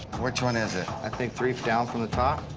which one is it? i think three down from the top.